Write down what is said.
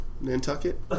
Nantucket